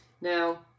Now